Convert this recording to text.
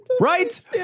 Right